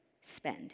spend